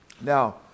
Now